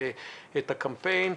את הקמפיין.